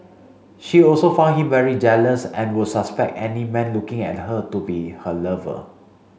she also found him very jealous and would suspect any man looking at her to be her lover